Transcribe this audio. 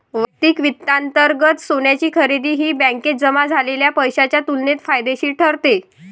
वैयक्तिक वित्तांतर्गत सोन्याची खरेदी ही बँकेत जमा झालेल्या पैशाच्या तुलनेत फायदेशीर ठरते